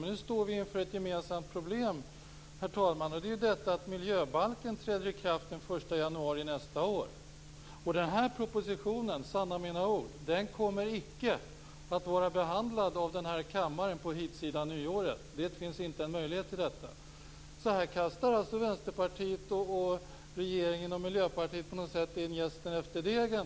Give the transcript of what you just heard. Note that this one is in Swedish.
Men nu står vi inför ett gemensamt problem, och det är att miljöbalken träder i kraft den 1 januari nästa år. Den här propositionen kommer sanna mina ord icke att vara behandlad av denna kammare på den här sidan av nyåret. Det finns ingen möjlighet till detta. Här kastar alltså Vänsterpartiet, Miljöpartiet och regeringen in jästen efter degen.